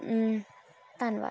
ਧੰਨਵਾਦ